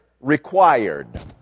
required